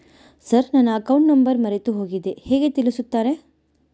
Sir ನನ್ನ account number ಮರೆತುಹೋಗಿದೆ ಹೇಗೆ ತಿಳಿಸುತ್ತಾರೆ?